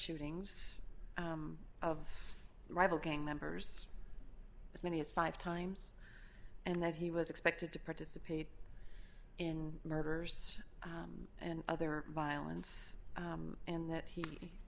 shootings of rival gang members as many as five times and that he was expected to participate in murders and other violence and that he